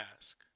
ask